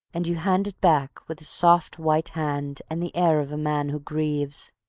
and you hand it back with a soft white hand, and the air of a man who grieves.